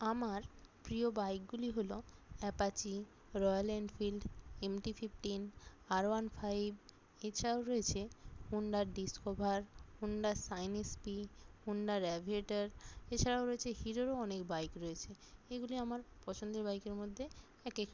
আমার প্রিয় বাইকগুলি হলো Apache Royal Enfield MT fifteen আর ওয়ান ফাইভ এছাড়াও রয়েছে Honda Discover Honda Shine SP হণ্ডার অ্যাভিয়েটার এছাড়াও রয়েছে হিরোরও অনেক বাইক রয়েছে এগুলি আমার পছন্দের বাইকের মধ্যে এক একটি